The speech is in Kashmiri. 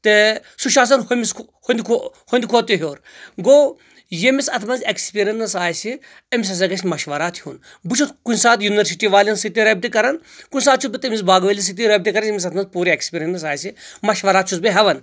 تہٕ سُہ چھُ آسان ہوٚمِس ہنٛدِ کھۄ ہُہُنٛدٕ کھۄتہٕ تہِ ہیٚور گوٚو یٔمِس اتھ منٛز ایٚکٕسمیرینس آسہِ امِس ہسا گژھہِ مشورات ہیٚون بہٕ چھُس کُنہِ ساتہٕ ینورسٹی والٮ۪ن سۭتۍ تہِ رٲبطرٕ کران کُنہِ ساتہٕ چھُس بہٕ تٔمِس باغہٕ وٲلِس سۭتۍ تہِ رٲبطہٕ کران یٔمِس اتھ منٛز پوٗرٕ ایٚکٕسپیرینس آسہِ زِ مشورات چھُس بہٕ ہیٚوان